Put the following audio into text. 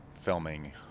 filming